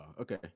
Okay